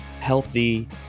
healthy